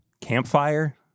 campfire